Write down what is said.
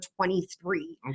23